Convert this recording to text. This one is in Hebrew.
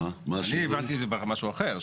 אני הבנתי משהו אחר.